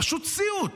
פשוט סיוט.